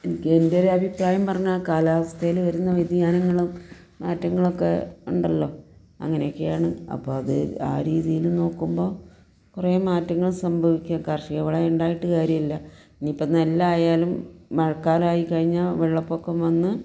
എനിക്ക് എൻ്റെ ഒരു അഭിപ്രായം പറഞ്ഞാൽ കാലാവസ്ഥയിൽ വരുന്ന വ്യതിയാനങ്ങളും മാറ്റങ്ങളൊക്കെ ഉണ്ടല്ലോ അങ്ങനെയക്കെയാണ് അപ്പം അത് ആ രീതിയിൽ നോക്കുമ്പോൾ കുറേ മാറ്റങ്ങൾ സംഭവിക്കുക കർഷികവിള ഉണ്ടായിട്ട് കാര്യമില്ല ഇനിയിപ്പം നെല്ലായാലും മഴക്കാലമായിക്കഴിഞ്ഞാൽ വെള്ളപ്പൊക്കം വന്നു